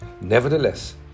Nevertheless